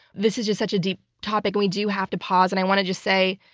this is just such a deep topic. we do have to pause, and i want to just say,